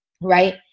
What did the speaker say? right